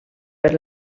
per